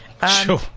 Sure